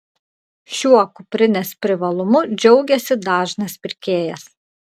šiuo kuprinės privalumu džiaugiasi dažnas pirkėjas